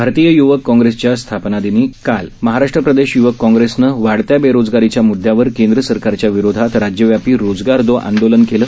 भारतीय यवक काँगेसच्या स्थापना दिनी कल ऑगस्ट महाराष्ट्र प्रदेश यवक काँगेसनं वाढत्या बेरोजगारीच्या मुदद्द्यावर केंद्र सरकारच्या विरोधात राज्यव्यापी रोजगार दो आंदोलन केलं